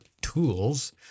tools